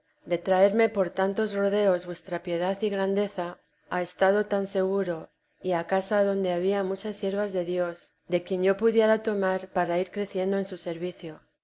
de traerme por tantos rodeos vuestra piedad y grandeza a estado tan seguro y a casa adonde había muchas siervas de dios de quien o pudiera tomar para ir creciendo en su servicio